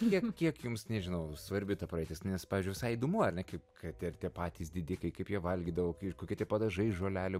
kiek kiek jums nežinau svarbi ta praeitis nes pavyzdžiui visai įdomu ar ne kaip kad ir tie patys didikai kaip jie valgydavo ir kokie tie padažai žolelių